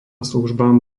službám